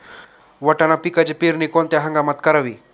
वाटाणा पिकाची पेरणी कोणत्या हंगामात करावी?